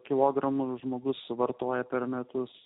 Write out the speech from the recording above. kilogramų žmogus suvartoja per metus